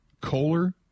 Kohler